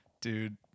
Dude